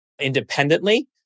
independently